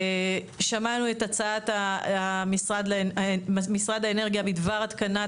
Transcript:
שמענו את הצעת משרד האנרגיה בדבר התקנת